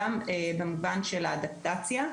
גם במובן של האדפטציה.